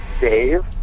Dave